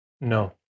No